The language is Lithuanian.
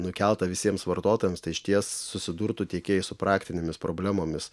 nukelta visiems vartotojams tai išties susidurtų tiekėjai su praktinėmis problemomis